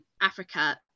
Africa